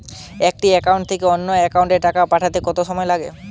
একটি একাউন্ট থেকে অন্য একাউন্টে টাকা পাঠাতে কত সময় লাগে?